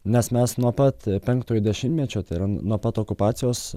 nes mes nuo pat penktojo dešimtmečio tai yra nuo pat okupacijos